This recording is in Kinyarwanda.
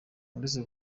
uretse